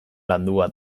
landua